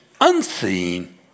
unseen